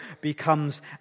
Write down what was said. becomes